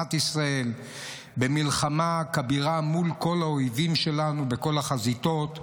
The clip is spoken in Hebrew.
מדינת ישראל במלחמה כבירה מול כל האויבים שלנו בכל החזיתות,